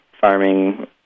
farming